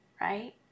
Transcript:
right